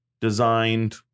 designed